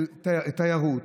תיירות,